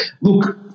Look